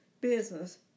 business